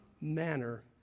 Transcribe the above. manner